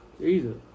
Jesus